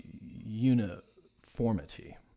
uniformity